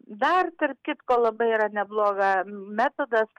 dar tarp kitko labai yra nebloga metodas